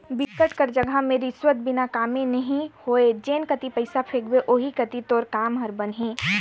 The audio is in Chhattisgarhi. बिकट कर जघा में रिस्वत बिना कामे नी होय जेन कती पइसा फेंकबे ओही कती तोर काम हर बनही